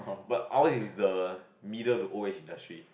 but ours is the middle to old age industry